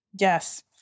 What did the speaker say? yes